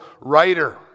writer